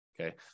okay